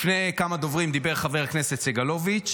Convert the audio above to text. לפני כמה דוברים דיבר חבר הכנסת סגלוביץ'